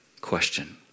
question